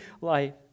life